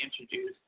introduced